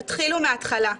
תתחילו מהתחלה,